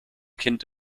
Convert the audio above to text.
kind